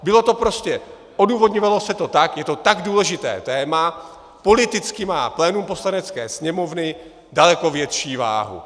Bylo to prostě, odůvodňovalo se to tak, je to tak důležité téma, politicky má plénum Poslanecké sněmovny daleko větší váhu.